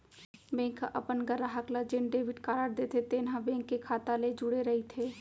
bank ह अपन गराहक ल जेन डेबिट कारड देथे तेन ह बेंक के खाता ले जुड़े रइथे